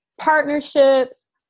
partnerships